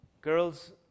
Girls